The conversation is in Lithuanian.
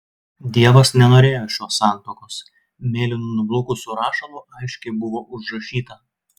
dievas nenorėjo šios santuokos mėlynu nublukusiu rašalu aiškiai buvo užrašyta